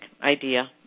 idea